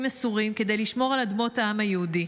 מסורים כדי לשמור על אדמות העם היהודי.